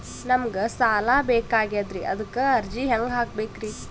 ನಮಗ ಸಾಲ ಬೇಕಾಗ್ಯದ್ರಿ ಅದಕ್ಕ ಅರ್ಜಿ ಹೆಂಗ ಹಾಕಬೇಕ್ರಿ?